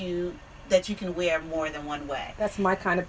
you that you can we are more than one way that's my kind of